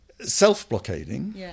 Self-blockading